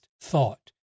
thought